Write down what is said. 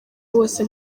bose